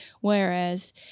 Whereas